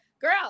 girl